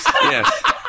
Yes